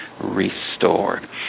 restored